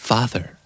Father